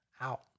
out